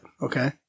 Okay